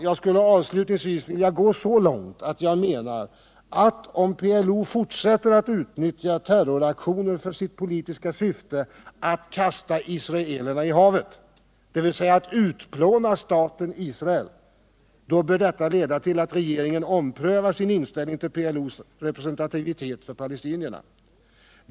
Jag skulle avslutningsvis vilja gå så långt att jag menar att om PLO fortsätter att utnyttja terroraktioner för sitt politiska syfte ”att kasta israelerna i havet”, dvs. utplåna staten Israel, då bör detta leda till att regeringen omprövar sin inställning till PLO:s representativitet för palestinierna.